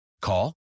Call